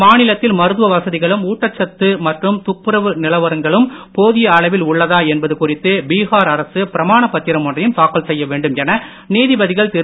மாநிலத்தில் மருத்துவ வசதிகளும் ஊட்டச்சத்து மற்றும் துப்புரவு நிலவரங்களும் போதிய அளவில் உள்ளதா குறித்து பீஹார் அரசு பிரமாணப் பத்திரம் ஒன்றையும் தாக்கல் செய்ய வேண்டும் என நீதிபதிகள் திரு